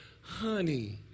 honey